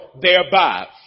thereby